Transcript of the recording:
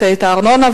והארנונה,